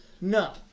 no